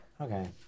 Okay